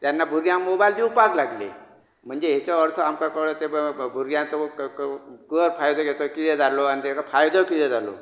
तेन्ना भुरग्यांक मॉबायल दिवपाक लागलीं म्हणजे हेचो अर्थ आमकां कळ्ळो की भुरग्यांक गैरफायदो घेतलो कितें जालो आनी ताका फायदो कितें जालो